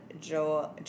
Joe